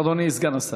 אדוני סגן השר.